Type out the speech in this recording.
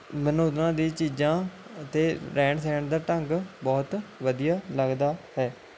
ਮੈਨੂੰ ਉਹਨਾਂ ਦੀ ਚੀਜ਼ਾਂ ਅਤੇ ਰਹਿਣ ਸਹਿਣ ਦਾ ਢੰਗ ਬਹੁਤ ਵਧੀਆ ਲੱਗਦਾ ਹੈ